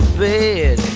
bed